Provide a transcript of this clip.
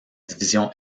division